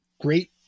great